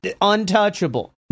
untouchable